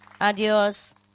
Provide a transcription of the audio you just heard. Adios